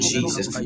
Jesus